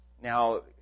Now